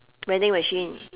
vending machine